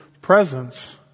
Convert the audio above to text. presence